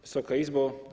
Wysoka Izbo!